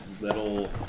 little